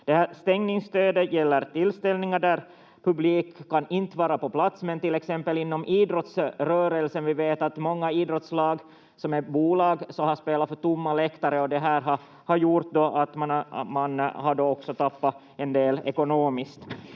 stängningsstödet gäller tillställningar där publik inte kan vara på plats, men till exempel inom idrottsrörelsen vet vi att många idrottslag som är bolag har spelat för tomma läktare, och det här har gjort att man då också har tappat en del ekonomiskt.